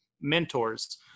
mentors